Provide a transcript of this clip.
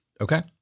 Okay